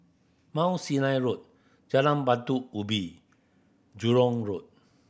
Mount Sinai Road Jalan Batu Ubin Jurong Road